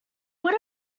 would